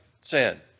sin